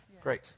Great